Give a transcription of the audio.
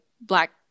black